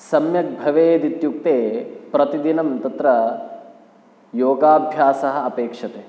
सम्यग्भवेदित्युक्ते प्रतिदिनं तत्र योगाभ्यासः अपेक्षते